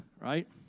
right